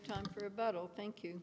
time for a battle thank you